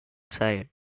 side